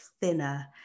thinner